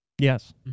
Yes